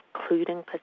including